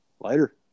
Later